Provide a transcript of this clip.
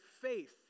faith